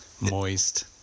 Moist